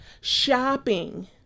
shopping